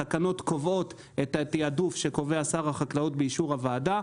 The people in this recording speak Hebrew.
התקנות קובעות את התעדוף שקובע שר החקלאות באישור הוועדה.